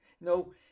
No